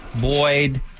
boyd